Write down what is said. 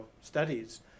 studies